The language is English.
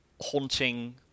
haunting